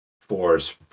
four's